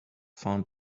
found